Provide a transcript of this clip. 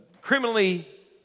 criminally